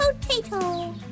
Potato